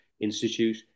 institute